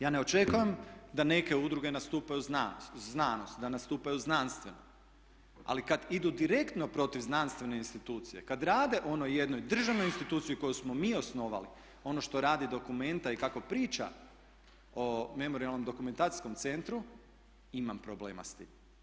Ja ne očekujem da neke udruge nastupaju uz znanost, da nastupaju znanstveno, ali kada idu direktno protiv znanstvene institucije, kada rade u onoj jednoj državnoj instituciji koju smo mi osnovali, ono što radi Documenta i kako priča o memorijalnom dokumentacijskom centru imam problema s time.